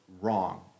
wrong